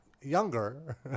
younger